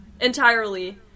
Entirely